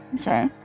Okay